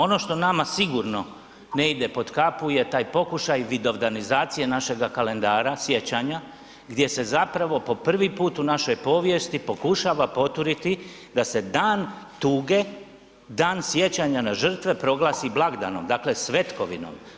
Ono što nama sigurno ne ide pod kapu je taj pokušaj, vid organizacije našega kalendara, sjećanja gdje se zapravo po prvi put u našoj povijesti pokušava poturiti da se dan tuga, dan sjećanja na žrtve, proglasi blagdanom, dakle svetkovinom.